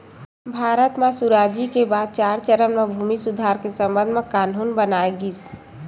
भारत म सुराजी के बाद चार चरन म भूमि सुधार के संबंध म कान्हून बनाए गिस